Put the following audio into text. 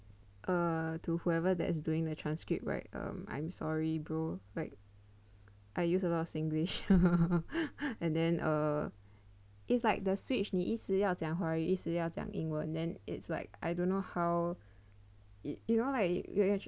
err to whoever that is doing the transcript right um I'm I'm sorry bro like I use a lot of singlish and then err it's like the switch 你一直要讲华语一直要讲英文 then it's like I don't know how you know like you actually